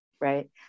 Right